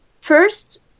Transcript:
first